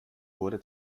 wurde